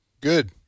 Good